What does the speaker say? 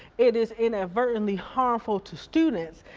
it is inadvertently harmful to students.